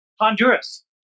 Honduras